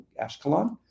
Ashkelon